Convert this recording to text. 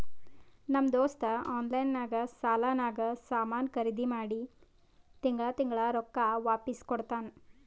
ನಮ್ ದೋಸ್ತ ಆನ್ಲೈನ್ ನಾಗ್ ಸಾಲಾನಾಗ್ ಸಾಮಾನ್ ಖರ್ದಿ ಮಾಡಿ ತಿಂಗಳಾ ತಿಂಗಳಾ ರೊಕ್ಕಾ ವಾಪಿಸ್ ಕೊಡ್ತಾನ್